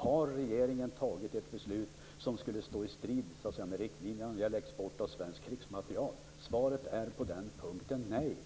Har regeringen fattat ett beslut som skulle stå i strid med riktlinjerna för export av svensk krigsmateriel? Svaret är på den punkten nej.